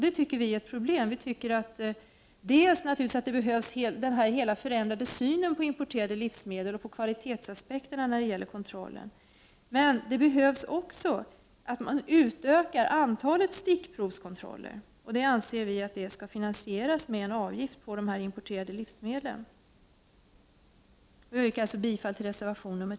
Det tycker vi är ett problem. Vi tycker att det behövs en förändrad syn på importerade livsmedel och på kvalitetsaspekterna när det gäller kontrollen. Men det behövs också en utökning av antalet stickprovskontroller. Vi anser att detta skall finansieras genom en avgift på de importerade livsmedlen. Jag yrkar bifall till reservation 10.